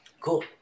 Cool